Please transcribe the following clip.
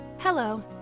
Hello